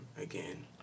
again